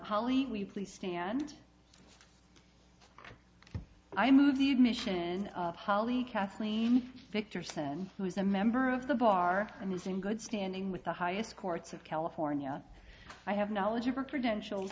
holly we please stand i move the admission of holly kathleen victor seven who is a member of the bar and is in good standing with the highest courts of california i have knowledge of her credentials